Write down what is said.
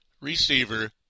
receiver